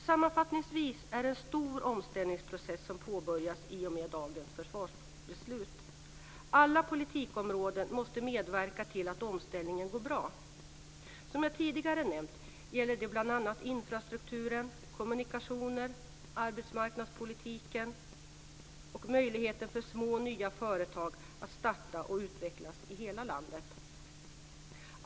Sammanfattningsvis är det en stor omställningsprocess som påbörjats i och med detta försvarsbeslut. Alla politikområden måste medverka till att omställningen går bra. Som jag tidigare nämnt gäller det bl.a. infrastrukturen, kommunikationer, arbetsmarknadspolitiken och möjligheten för små och nya företag att starta och utvecklas i hela landet.